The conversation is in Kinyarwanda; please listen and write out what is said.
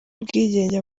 ubwigenge